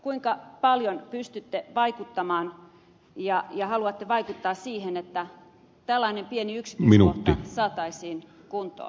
kuinka paljon pystytte vaikuttamaan ja haluatte vaikuttaa siihen että tällainen pieni yksityiskohta saataisiin kuntoon